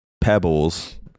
pebbles